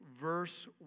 verse